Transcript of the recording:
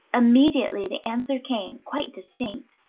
immediately the answer came, quite distinct.